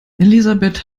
elisabeth